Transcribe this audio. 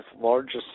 largest